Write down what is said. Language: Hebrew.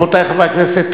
רבותי חברי הכנסת,